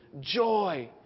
joy